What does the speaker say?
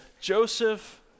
Joseph